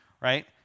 right